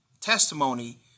testimony